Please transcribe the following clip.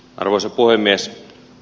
arvoisa puhemies